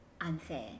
unfair